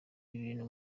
ibintu